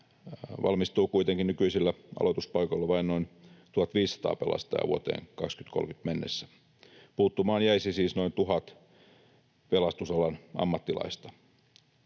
valmistuu kuitenkin nykyisillä aloituspaikoilla vain noin 1 500 pelastajaa vuoteen 2030 mennessä. Puuttumaan jäisi siis noin 1 000 pelastusalan ammattilaista.